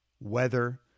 weather